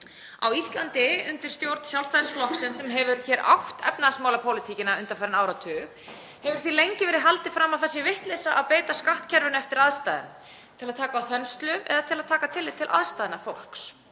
Á Íslandi undir stjórn Sjálfstæðisflokksins sem hefur átt efnahagsmálapólitíkina undanfarinn áratug hefur því lengi verið haldið fram að það sé vitleysa að beita skattkerfinu eftir aðstæðum til að taka á þenslu eða til að taka tillit til aðstæðna fólks.